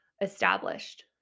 established